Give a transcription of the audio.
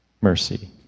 mercy